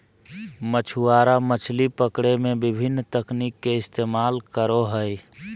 मछुआरा मछली पकड़े में विभिन्न तकनीक के इस्तेमाल करो हइ